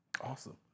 Awesome